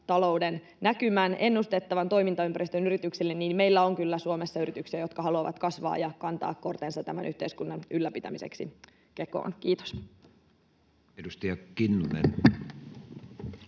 talouden näkymän, ennustettavan toimintaympäristön yrityksille, meillä on kyllä Suomessa yrityksiä, jotka haluavat kasvaa ja kantaa kortensa kekoon tämän yhteiskunnan ylläpitämiseksi. — Kiitos. [Speech